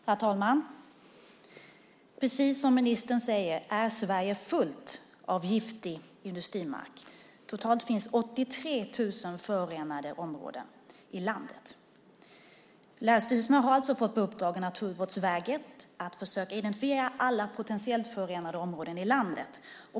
Herr talman! Precis som ministern säger är Sverige fullt av giftig industrimark. Totalt finns 83 000 förorenade områden i landet. Länsstyrelserna har alltså fått i uppdrag av Naturvårdsverket att försöka identifiera alla potentiellt förorenade områden i landet.